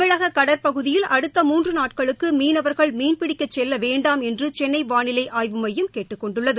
தமிழக கடற்பகுதியில் அடுத்த மூன்று நாட்களுக்கு மீனவர்கள் மீன்பிக்கச் செல்ல வேண்டாம் என்று சென்னை வாளிலை ஆய்வு மையம் கேட்டுக் கொண்டுள்ளது